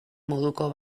moduko